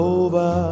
over